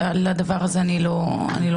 ולדבר הזה אני לא מסכימה.